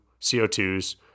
CO2s